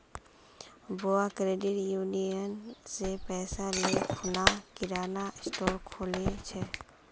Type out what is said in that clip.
बुआ credit union स पैसा ले खूना किराना स्टोर खोलील छ